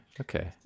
Okay